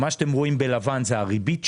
מה שאתם רואים בלבן זה הריבית.